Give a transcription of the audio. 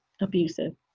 abusive